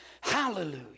Hallelujah